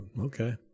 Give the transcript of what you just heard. Okay